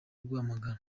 kuguhamagara